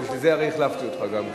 בשביל זה הרי החלפתי אותך גם כן,